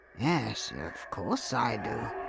yes. of course i do.